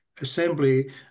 assembly